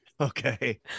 Okay